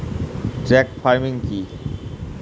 Truck farming কি?